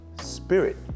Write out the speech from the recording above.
spirit